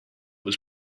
was